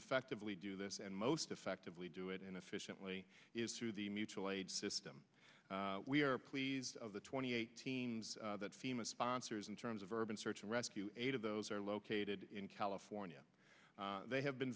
effectively do this and most effectively do it and efficiently is through the mutual aid system we are please of the twenty eight teams that fema sponsors in terms of urban search and rescue eight of those are located in california they have been